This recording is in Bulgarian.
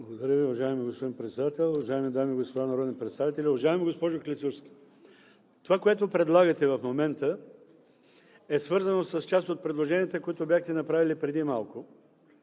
Благодаря Ви, уважаеми господин Председател! Уважаеми дами и господа народни представители! Уважаема госпожо Клисурска, това, което предлагате в момента, е свързано с част от предложенията, които бяхте направили преди малко.